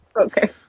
Okay